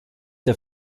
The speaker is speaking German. der